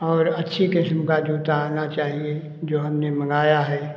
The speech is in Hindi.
और अच्छी किस्म का जूता आना चाहिए जो हमने मँगाया है